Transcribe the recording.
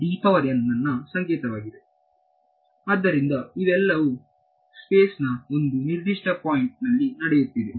ನನ್ನ ಸಂಕೇತವಾಗಿದೆ ಆದ್ದರಿಂದ ಇವೆಲ್ಲವೂ ಸ್ಪೇಸ್ ನ ಒಂದು ನಿರ್ದಿಷ್ಟ ಪಾಯಿಂಟು ನಲ್ಲಿ ನಡೆಯುತ್ತಿದೆ